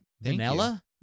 vanilla